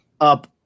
up